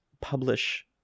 publish